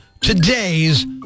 today's